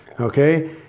Okay